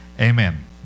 Amen